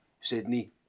Sydney